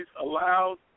Allowed